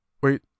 wait